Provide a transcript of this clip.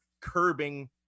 curbing